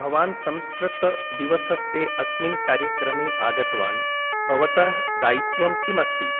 भवान् संस्कृत दिवसस्य अस्मिन् कार्यक्रमे आगतवान् भवतः दायित्वं किमस्ति